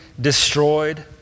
destroyed